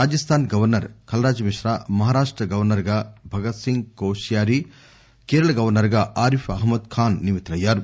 Rajasthan governor Kalraj Mishra Maharashtra governor గా Bhagat Singh Koshyari Kerala governor గా ఆరిఫ్ మహ్మద్ ఖాస్ నియమితులయ్యారు